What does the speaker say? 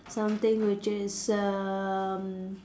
something which is erm